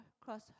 cross